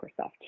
Microsoft